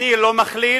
אני לא מכליל.